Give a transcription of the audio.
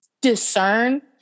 discern